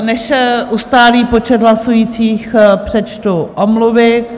Než se ustálí počet hlasujících, přečtu omluvy.